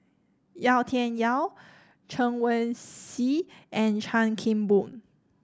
Yau Tian Yau Chen Wen Hsi and Chan Kim Boon